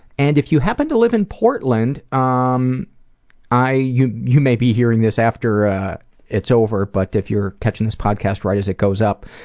and if you happen to live in portland, ah um i you you may be hearing this after it's over, but if you're catching this podcast right as it goes up,